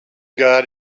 got